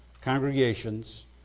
congregations